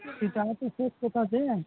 ତୁ ଚାହୁଁଛୁ ସେ ଟୋକା ସେ